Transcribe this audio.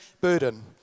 burden